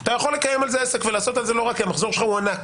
אתה יכול לקיים על זה עסק כי המחזור שלך הוא ענק.